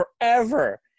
forever